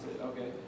Okay